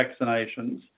vaccinations